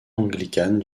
anglicane